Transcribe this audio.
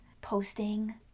posting